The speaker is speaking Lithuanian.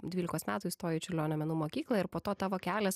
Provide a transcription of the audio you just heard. dvylikos metų įstojai į čiurlionio menų mokyklą ir po to tavo kelias